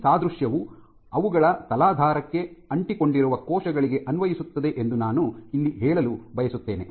ಈ ಸಾದೃಶ್ಯವು ಅವುಗಳ ತಲಾಧಾರಕ್ಕೆ ಅಂಟಿಕೊಂಡಿರುವ ಕೋಶಗಳಿಗೆ ಅನ್ವಯಿಸುತ್ತದೆ ಎಂದು ನಾನು ಇಲ್ಲಿ ಹೇಳಲು ಬಯಸುತ್ತೇನೆ